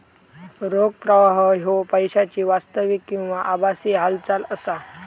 रोख प्रवाह ह्यो पैशाची वास्तविक किंवा आभासी हालचाल असा